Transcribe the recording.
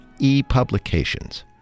epublications